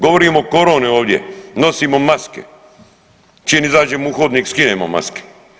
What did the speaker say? Govorimo o koroni ovdje, nosimo maske, čim izađemo u hodnik, skinemo maske.